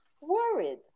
worried